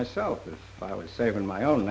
myself if i was saving my own